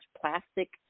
plastic